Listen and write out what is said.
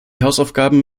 hausaufgaben